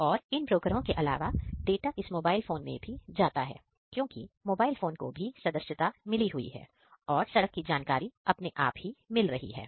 और इन ब्रोकरों के अलावा डाटा इस मोबाइल फोन में भी जाता है क्योंकि मोबाइल फोन को भी सदस्यता मिली हुई है और सड़क की जानकारी अपने आप ही मिल रही है